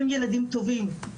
הם ילדים טובים,